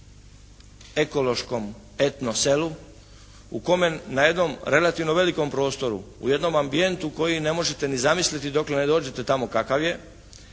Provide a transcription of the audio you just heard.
ekološkom etno selu u kome na jednom relativno velikom prostoru, u jednom ambijentu koji ne možete ni zamisliti dok ne dođete tamo kakav je,